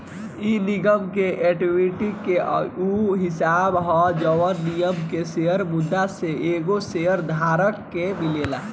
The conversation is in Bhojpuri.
इ निगम के एक्विटी के उ हिस्सा ह जवन निगम में शेयर मुद्दा से एगो शेयर धारक के मिलेला